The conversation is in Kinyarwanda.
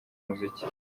umuziki